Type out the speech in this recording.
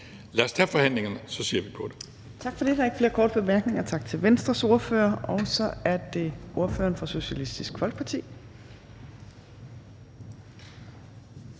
næstformand (Trine Torp): Tak for det. Der er ikke flere korte bemærkninger til Venstres ordfører. Og så er det ordføreren for Socialistisk Folkeparti,